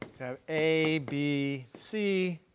a, b, c,